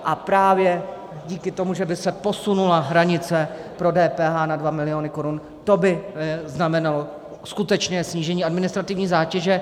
A právě díky tomu, že by se posunula hranice pro DPH na dva miliony korun, to by znamenalo skutečné snížení administrativní zátěže.